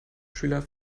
schüler